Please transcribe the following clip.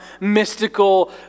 mystical